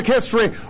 history